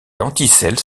lenticelles